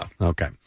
Okay